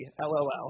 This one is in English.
LOL